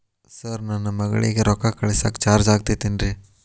Sir ನನ್ನ ಮಗಳಗಿ ರೊಕ್ಕ ಕಳಿಸಾಕ್ ಚಾರ್ಜ್ ಆಗತೈತೇನ್ರಿ?